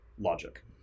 logic